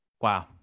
wow